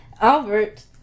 Albert